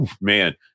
man